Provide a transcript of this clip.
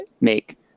make